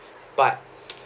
but